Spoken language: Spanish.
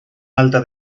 alta